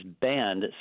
banned